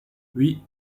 oui